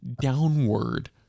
downward